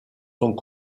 sont